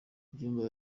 inyumba